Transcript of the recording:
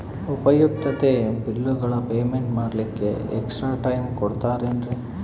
ಉಪಯುಕ್ತತೆ ಬಿಲ್ಲುಗಳ ಪೇಮೆಂಟ್ ಮಾಡ್ಲಿಕ್ಕೆ ಎಕ್ಸ್ಟ್ರಾ ಟೈಮ್ ಕೊಡ್ತೇರಾ ಏನ್ರಿ?